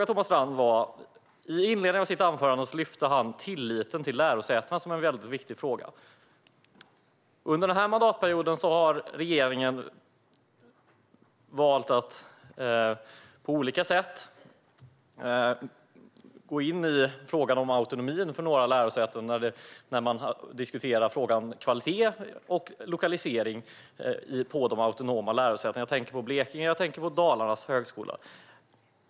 Thomas Strand lyfte i inledningen av sitt anförande upp tilliten till lärosätena som en väldigt viktig fråga. Under denna mandatperiod har regeringen valt att på olika sätt gå in i frågan om autonomin för några lärosäten. Man har diskuterat frågan om kvalitet och lokalisering för de autonoma lärosätena. Jag tänker på Blekinge. Jag tänker på Dalarnas högskola.